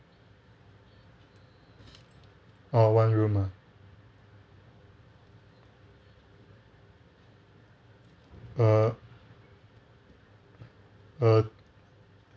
oh one room ah err err